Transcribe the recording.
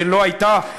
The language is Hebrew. שלא הייתה.